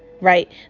Right